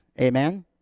Amen